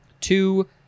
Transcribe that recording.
Two